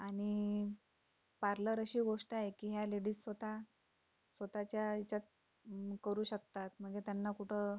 आणि पार्लर अशी गोष्ट आहे की ह्या लेडीज स्वतः स्वतःच्या ह्याच्यात करू शकतात म्हणजे त्यांना कुठं